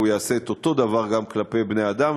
והוא יעשה את אותו דבר גם כלפי בני-אדם.